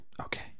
Okay